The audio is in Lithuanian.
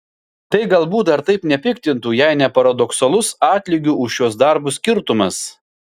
tai galbūt dar taip nepiktintų jei ne paradoksalus atlygių už šiuos darbus skirtumas